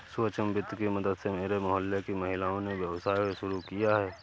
सूक्ष्म वित्त की मदद से मेरे मोहल्ले की महिलाओं ने व्यवसाय शुरू किया है